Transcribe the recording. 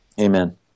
Amen